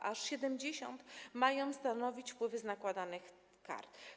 Aż 70% mają stanowić wpływy z nakładanych kar.